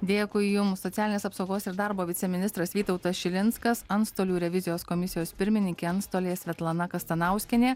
dėkui jums socialinės apsaugos ir darbo viceministras vytautas šilinskas antstolių revizijos komisijos pirmininkė antstolė svetlana kastanauskienė